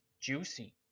juicy